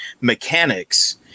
mechanics